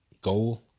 goal